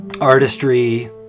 artistry